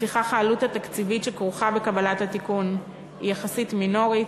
לפיכך העלות התקציבית שכרוכה בקבלת התיקון היא יחסית מינורית.